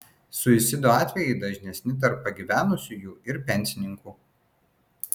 suicido atvejai dažnesni tarp pagyvenusiųjų ir pensininkų